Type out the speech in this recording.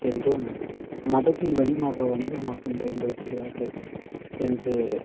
என்றும் மதத்தை வணிமாக வணிகமாகவும் பயன்படுத்துகிறார்கள் என்று